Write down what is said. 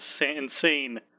insane